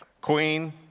queen